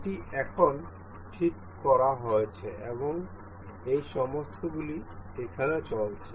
এটি এখন ঠিক করা হয়েছে এবং এই সমস্তগুলি চলছে